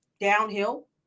downhill